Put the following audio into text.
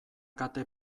kate